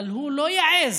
אבל הוא לא יעז,